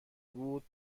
بود